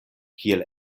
kiel